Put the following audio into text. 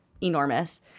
enormous